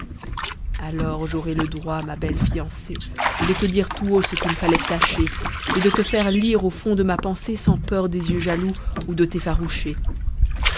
alors j'aurai le droit ma belle fiancée de te dire tout haut ce qu'il fallait cacher et de te faire lire au fond de ma pensée sans peur des yeux jaloux ou de